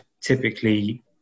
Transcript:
typically